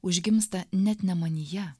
užgimsta net ne manyje